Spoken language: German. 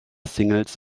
singles